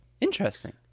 Interesting